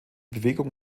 bewegung